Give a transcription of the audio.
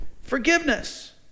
forgiveness